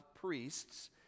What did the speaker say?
priests